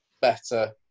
better